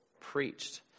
preached